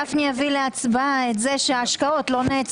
גפני יביא להצבעה את זה שההשקעות לא נעצרו.